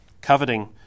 coveting